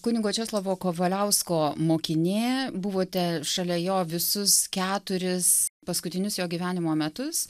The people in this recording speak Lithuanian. kunigo česlovo kavaliausko mokinė buvote šalia jo visus keturis paskutinius jo gyvenimo metus